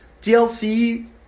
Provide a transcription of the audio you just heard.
DLC